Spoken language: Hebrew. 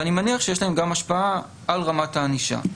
ואני מניח שיש להם השפעה גם על רמת הענישה.